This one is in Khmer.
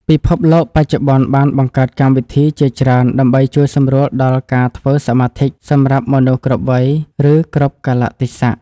ពិភពលោកបច្ចុប្បន្នបានបង្កើតកម្មវិធីជាច្រើនដើម្បីជួយសម្រួលដល់ការធ្វើសមាធិសម្រាប់មនុស្សគ្រប់វ័យ ឬ គ្រប់កាលៈទេសៈ។